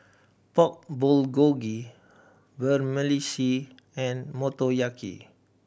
Pork Bulgogi Vermicelli and Motoyaki